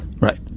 Right